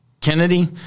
Kennedy